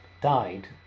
died